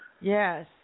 Yes